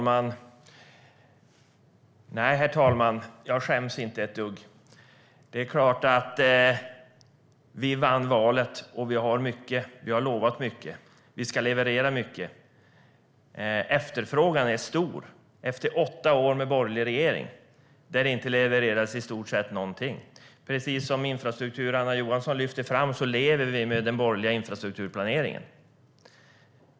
Herr talman! Nej, jag skäms inte ett dugg. Vi vann valet, och vi har lovat mycket. Vi ska också leverera mycket. Efterfrågan är stor efter åtta år med borgerlig regering, då det i stort sett inte levererades någonting. Precis som infrastrukturminister Anna Johansson lyfter fram lever vi med den borgerliga infrastrukturplaneringen.